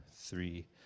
three